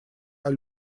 аль